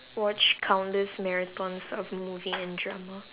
watch countless marathons of movie and drama